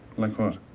like what?